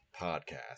Podcast